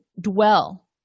dwell